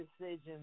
decisions